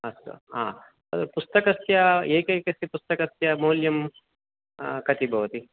अस्तु आ तद् पुस्तकस्य एकैकस्य मौल्यं कति भवति